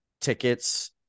Tickets